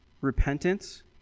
repentance